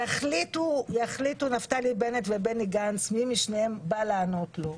יחליטו נפתלי בנט ובני גנץ מי משניהם בא לענות לו,